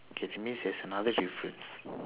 okay that means there's another difference